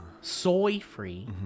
soy-free